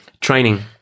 Training